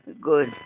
good